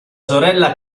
sorella